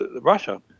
Russia